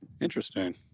Interesting